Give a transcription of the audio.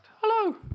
Hello